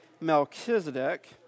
Melchizedek